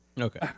Okay